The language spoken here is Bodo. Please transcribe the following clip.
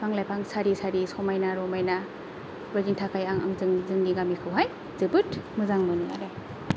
बिफां लायफां सारि सारि समायना रमायनाफोरनि थाखाय आं आं जोंनि गामिखौहाय जोबोद मोजां मोनो आरो